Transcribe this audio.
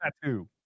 tattoo